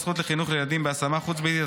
הזכות לחינוך לילדים בהשמה חוץ-ביתית),